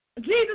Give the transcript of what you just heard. Jesus